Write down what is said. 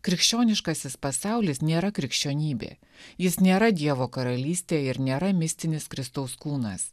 krikščioniškasis pasaulis nėra krikščionybė jis nėra dievo karalystė ir nėra mistinis kristaus kūnas